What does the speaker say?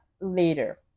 later